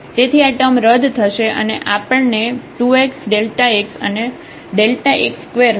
તેથી આ ટર્મ રદ થશે અને આપણને 2xΔx અને x2 મળશે